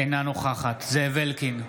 אינה נוכחת זאב אלקין,